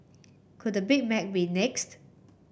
could the Big Mac be next